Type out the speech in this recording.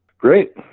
Great